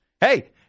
Hey